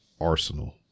arsenal